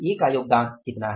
A का योगदान कितना है